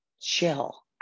chill